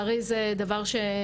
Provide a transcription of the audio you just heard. או שיש מענה בחוקים הקיימים,